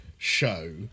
Show